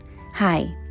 Hi